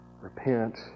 Repent